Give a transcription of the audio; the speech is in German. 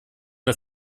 das